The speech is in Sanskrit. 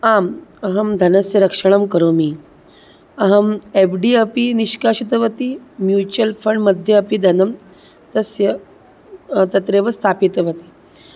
आम् अहं धनस्य रक्षणं करोमि अहम् एब् डी अपि निष्कासितवती म्यूचल् फ़ण्ड् मध्ये अपि धनं तस्य तत्रैव स्थापितवती